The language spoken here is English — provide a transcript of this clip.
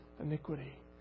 iniquity